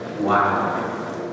Wow